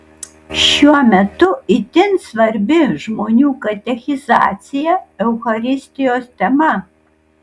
šiuo metu itin svarbi žmonių katechizacija eucharistijos tema